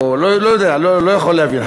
לא יודע, לא יכול להבין.